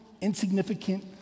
insignificant